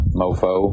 mofo